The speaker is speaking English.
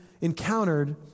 encountered